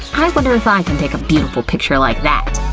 i wonder if i can take a beautiful picture like that!